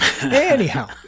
anyhow